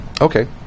Okay